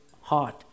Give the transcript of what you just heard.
heart